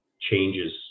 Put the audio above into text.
changes